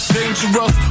Dangerous